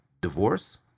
divorce